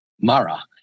Mara